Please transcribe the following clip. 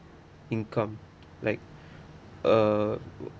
income like uh